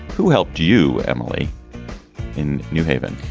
who helped you, emily in new haven.